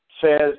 says